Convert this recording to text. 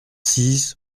six